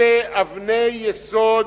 אלה אבני יסוד